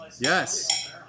Yes